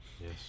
Yes